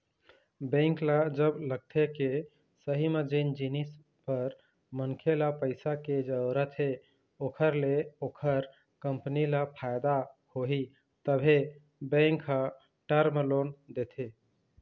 bank ल जब लगथे के सही म जेन जिनिस बर मनखे ल पइसा के जरुरत हे ओखर ले ओखर कंपनी ल फायदा होही तभे बेंक ह टर्म लोन देथे